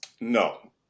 No